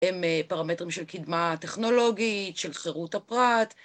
הם פרמטרים של קדמה טכנולוגית, של חירות הפרט.